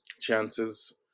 chances